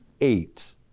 eight